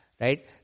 right